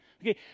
Okay